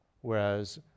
Whereas